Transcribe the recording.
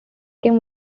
kim